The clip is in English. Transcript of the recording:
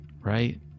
right